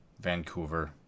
Vancouver